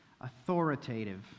authoritative